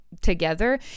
together